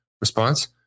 response